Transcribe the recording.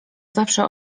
zawsze